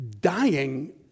dying